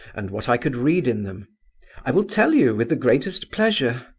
and what i could read in them i will tell you with the greatest pleasure.